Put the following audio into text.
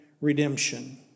redemption